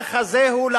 המהלך הזה הוא,